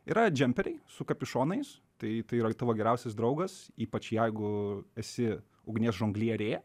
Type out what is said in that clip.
yra džemperiai su kapišonais tai tai yra tavo geriausias draugas ypač jeigu esi ugnies žonglierė